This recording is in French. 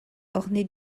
ornée